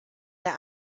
der